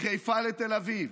לא משנה, מחיפה לתל אביב.